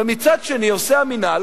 ומצד שני עושה המינהל,